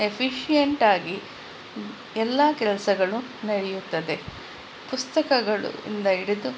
efficient ಆಗಿ ಎಲ್ಲ ಕೆಲಸಗಳು ನಡೆಯುತ್ತದೆ ಪುಸ್ತಕಗಳು ಇಂದ ಹಿಡಿದು